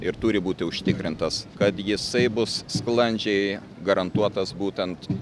ir turi būti užtikrintas kad jisai bus sklandžiai garantuotas būtent